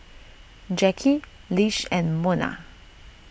Jacki Lish and Monna